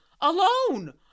Alone